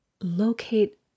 locate